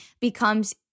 becomes